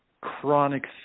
chronic